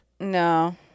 No